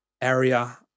area